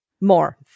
more